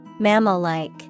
Mammal-like